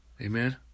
amen